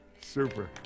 Super